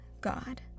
god